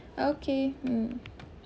okay mm